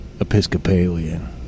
Episcopalian